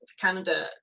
Canada